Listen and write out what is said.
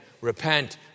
repent